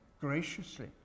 graciously